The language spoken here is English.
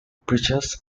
preachers